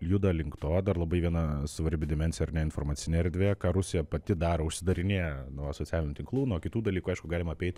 juda link to dar labai viena svarbi dimensija ar ne informacinė erdvė ką rusija pati daro užsidarinėja nuo socialinių tinklų nuo kitų dalykų aišku galima apeit